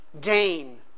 gain